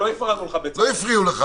לא הפריעו לך.